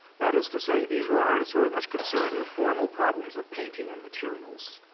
that is to say, these were artists very much concerned with formal problems of painting and materials,